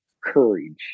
courage